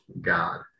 God